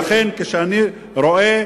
לכן, כשאני רואה